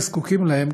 וזקוקים להם,